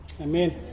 Amen